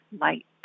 light